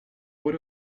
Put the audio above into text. would